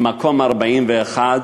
ממקום 41,